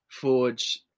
forge